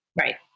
Right